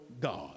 God